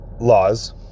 laws